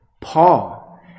Paul